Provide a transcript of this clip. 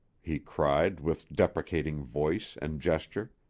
he cried with deprecating voice and gesture.